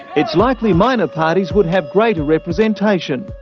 it's likely minor parties would have greater representation.